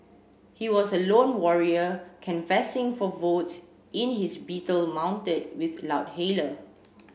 he was a lone warrior canvassing for votes in his beetle mounted with loudhailer